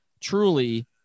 truly